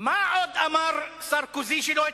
מה עוד אמר סרקוזי, שלא התפרסם?